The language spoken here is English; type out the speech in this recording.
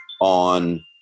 On